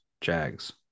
Jags